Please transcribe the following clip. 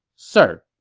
sir,